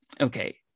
Okay